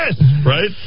Right